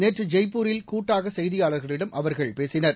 நேற்று ஜெய்ப்பூரில் கூட்டாக செய்தியாளர்களிடம் அவர்கள் பேசினர்